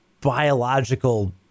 biological